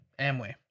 Amway